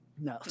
No